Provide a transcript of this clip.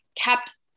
kept